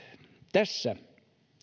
tässä